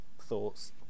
thoughts